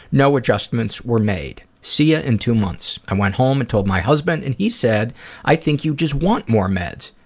no adjustments were made. see ya' ah in two months. i went home and told my husband, and he said i think you just want more meds.